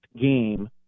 game